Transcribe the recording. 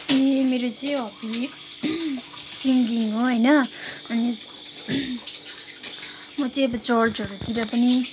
ए मेरो चाहिँ hobby singing हो होइन अनि म चाहिँ अब चर्चहरूतिर पनि